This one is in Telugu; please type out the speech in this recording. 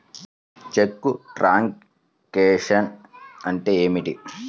చెక్కు ట్రంకేషన్ అంటే ఏమిటి?